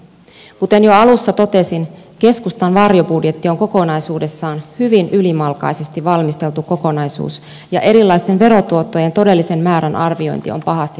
kuten jo alussa totesin keskustan varjobudjetti on kokonaisuudessaan hyvin ylimalkaisesti valmisteltu kokonaisuus ja erilaisten verotuottojen todellisen määrän arviointi on pahasti hakusessa